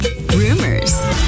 rumors